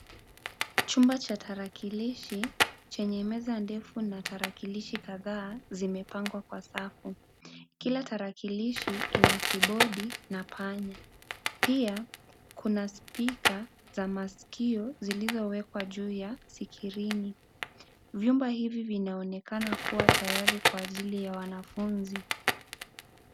Chumba cha tarakilishi chenye meza ndefu na tarakilishi kadhaa zimepangwa kwa savu. Kila tarakilishi kina kibodi na panya. Pia kuna spika za masikio zilizowekwa juu ya fikirini. Vyombo hivi vinaonekana kuwa tayari kwa ajili ya wanafunzi.